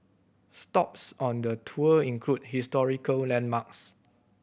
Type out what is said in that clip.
stops on the tour include historical landmarks